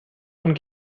und